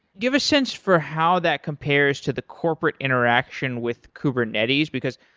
give a sense for how that compares to the corporate interaction with kubernetes. because,